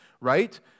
right